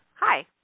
Hi